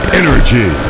energy